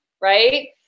right